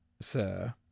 sir